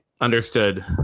understood